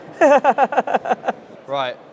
Right